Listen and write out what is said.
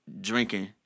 drinking